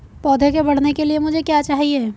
पौधे के बढ़ने के लिए मुझे क्या चाहिए?